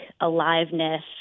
aliveness